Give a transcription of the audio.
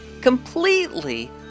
completely